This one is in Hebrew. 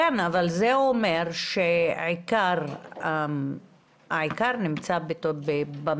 כן, אבל זה אומר שהעיקר נמצא במרכז.